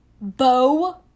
Bow